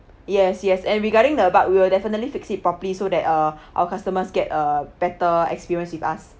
yes yes and regarding the bug we will definitely fixed it properly so that uh our customers get a better experience with us